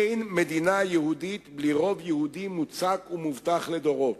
אין מדינה יהודית בלי רוב יהודי מוצק ומובטח לדורות,